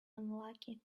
unlucky